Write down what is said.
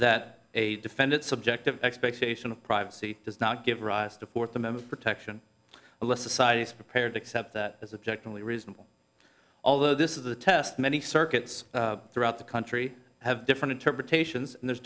that a defendant subjective expectation of privacy does not give rise to fourth amendment protection unless society is prepared to accept that as object only reasonable although this is a test many circuits throughout the country have different interpretations and there's